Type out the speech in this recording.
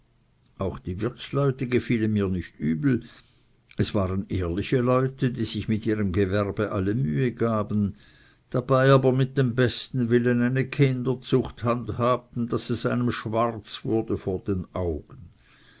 auch die wirtsleute gefielen mir nicht übel es waren ehrliche leute die sich mit ihrem gewerbe alle mühe gaben dabei aber mit dem besten willen eine kinderzucht handhabten daß es einem schwarz wurde vor den augen